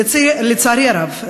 לצערי הרב,